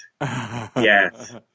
Yes